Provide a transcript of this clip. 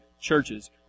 churches